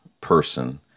person